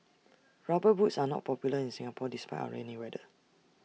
rubber boots are not popular in Singapore despite our rainy weather